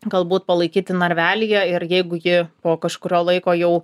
galbūt palaikyti narvelyje ir jeigu ji po kažkurio laiko jau